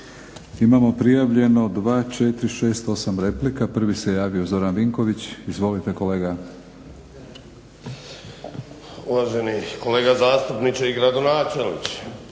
Imamo prijavljeno 2,4,6,8 replika. Prvi se javio Zoran Vinković. Izvolite kolega. **Vinković, Zoran